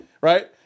right